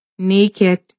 naked